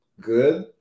good